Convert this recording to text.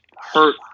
hurt –